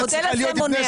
המודל הזה מונע.